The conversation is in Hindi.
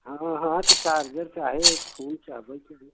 हाँ हाँ त चार्जर चाहे स्विइच आबै चौं